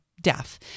death